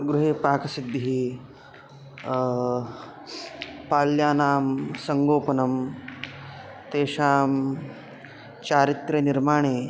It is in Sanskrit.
गृहे पाकसिद्धिः पाल्यानां सङ्गोपनं तेषां चारित्र्यनिर्माणे